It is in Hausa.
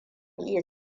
iya